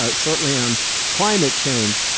ah certainly on climate change.